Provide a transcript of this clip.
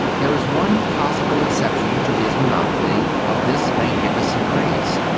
there is one possible excep tion to his monopoly of this magnificent craze.